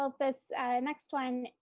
ah this next one.